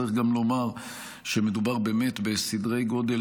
צריך גם לומר שמדובר באמת בסדרי גודל